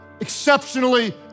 exceptionally